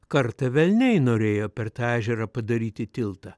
kartą velniai norėjo per tą ežerą padaryti tiltą